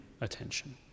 attention